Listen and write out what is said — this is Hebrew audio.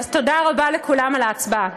תודה רבה לכולם על ההצבעה.